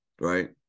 right